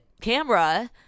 camera